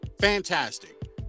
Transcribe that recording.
fantastic